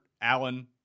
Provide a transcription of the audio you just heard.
allen